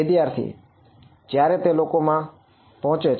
વિદ્યાર્થી જ્યારે તે ત્યાં લોકોમાં પહોંચે છે